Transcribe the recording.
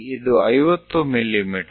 ಇಲ್ಲಿ ಇದು 50 ಮಿ